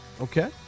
Okay